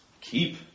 keep